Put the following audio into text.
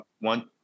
one